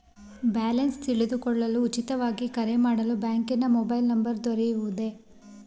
Balance ತಿಳಿದುಕೊಳ್ಳಲು ಉಚಿತವಾಗಿ ಕರೆ ಮಾಡಲು ಬ್ಯಾಂಕಿನ ಮೊಬೈಲ್ ನಂಬರ್ ದೊರೆಯುವುದೇ?